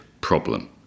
problem